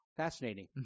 Fascinating